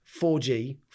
4G